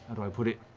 do i put it?